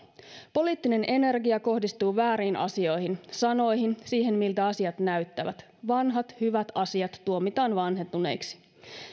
poliittinen energia kohdistuu vääriin asioihin sanoihin ja siihen miltä asiat näyttävät vanhat hyvät asiat tuomitaan vanhentuneiksi